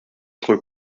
être